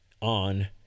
on